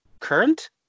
Current